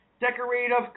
decorative